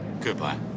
goodbye